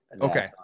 Okay